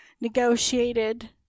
negotiated